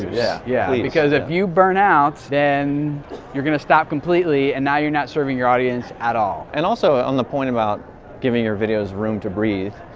yeah, yeah please. because if you burn out, then you're gonna stop completely and now you're not serving your audience at all. and also, on the point about giving your videos room to breathe,